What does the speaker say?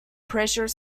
pressure